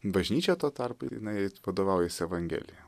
bažnyčia tuo tarpu jinai vadovaujasi evangelija